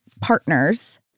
partners